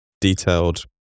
detailed